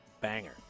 banger